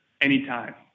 anytime